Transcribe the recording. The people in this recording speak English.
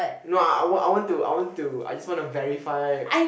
no ah I want to I want to I just want to verify